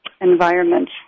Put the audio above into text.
Environment